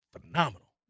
phenomenal